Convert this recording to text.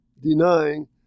denying